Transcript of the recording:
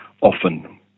often